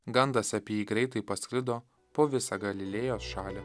gandas apie jį greitai pasklido po visą galilėjos šalį